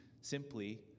simply